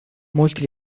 molti